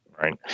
Right